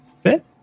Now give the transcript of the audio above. fit